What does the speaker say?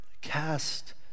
Cast